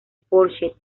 porsche